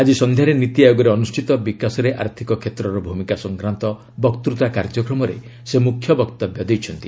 ଆକି ସନ୍ଧ୍ୟାରେ ନୀତି ଆୟୋଗରେ ଅନୁଷ୍ଠିତ 'ବିକାଶରେ ଆର୍ଥିକ କ୍ଷେତ୍ରର ଭୂମିକା' ସଂକ୍ରାନ୍ତ ବକ୍ତ୍ତା କାର୍ଯ୍ୟକ୍ରମରେ ସେ ମୁଖ୍ୟ ବକ୍ତବ୍ୟ ଦେଇଛନ୍ତି